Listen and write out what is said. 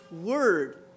word